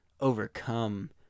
overcome